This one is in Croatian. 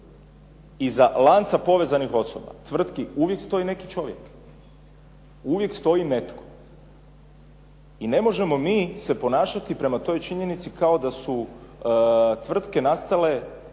iza lanca povezanih osoba, tvrtki uvijek stoji neki čovjek. Uvijek stoji netko. I ne možemo mi se ponašati prema toj činjenici kao da su tvrtke nastale